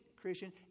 Christian